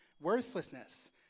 Worthlessness